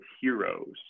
heroes